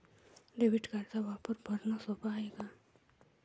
Debit कार्डचा वापर भरनं सोप हाय का?